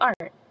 art